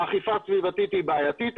האכיפה הסביבתית היא בעייתית.